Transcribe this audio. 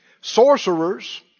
sorcerers